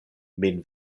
min